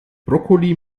brokkoli